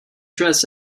dress